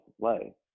play